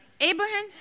Abraham